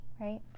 right